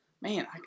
man